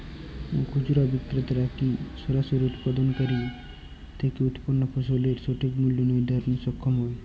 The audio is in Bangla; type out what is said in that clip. খুচরা বিক্রেতারা কী সরাসরি উৎপাদনকারী থেকে উৎপন্ন ফসলের সঠিক মূল্য নির্ধারণে সক্ষম হয়?